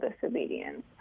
disobedience